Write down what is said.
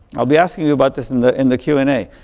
i'll be asking you about this in the in the q and a,